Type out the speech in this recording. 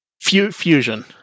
Fusion